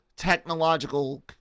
Technological